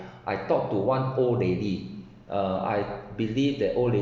I talked to one old lady uh I believe that old la~